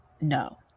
no